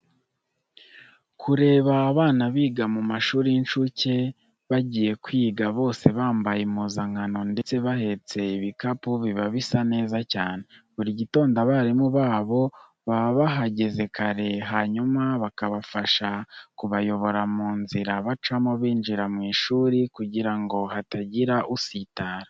Kureba abana biga mu mashuri y'incuke bagiye kwiga, bose bambaye impuzankano ndetse bahetse ibikapu, biba bisa neza cyane. Buri gitondo abarimu babo baba bahageze kare, hanyuma bakabafasha kubayobora mu nzira bacamo binjira mu ishuri kugira ngo hatagira usitara.